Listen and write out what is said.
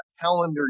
calendar